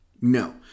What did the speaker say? no